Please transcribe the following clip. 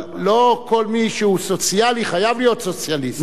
אבל לא כל מי שהוא סוציאלי חייב להיות סוציאליסט.